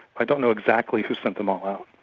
i don't know exactly who sent them all out.